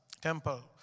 temple